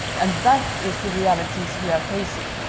and that is the realities we are facing.